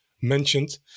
mentioned